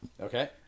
Okay